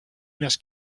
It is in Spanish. unas